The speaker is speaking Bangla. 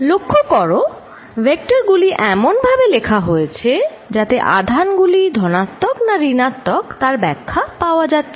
লক্ষ্য করো ভেক্টর গুলি এমনভাবে লেখা হয়েছে যাতে আধান গুলি ধনাত্মক না ঋণাত্মক তার ব্যাখ্যা পাওয়া যাচ্ছে